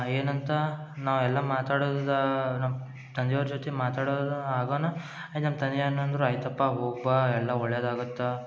ಏನಂತ ನಾ ಎಲ್ಲ ಮಾತಾಡುದಾ ನಮ್ಮ ತಂದೆಯವ್ರ ಜೊತೆ ಮಾತಾಡುದಾ ಆಗೋನ ನಮ್ಮ ತಂದೆ ಏನಂದರು ಆಯ್ತುಪ್ಪ ಹೋಗ್ ಬಾ ಎಲ್ಲ ಒಳ್ಳೆಯದಾಗುತ್ತಾ